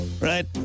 right